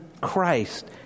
Christ